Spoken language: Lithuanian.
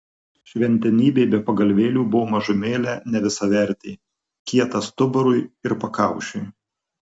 šventenybė be pagalvėlių buvo mažumėlę nevisavertė kieta stuburui ir pakaušiui